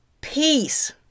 peace